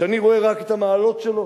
שאני רואה רק את המעלות שלו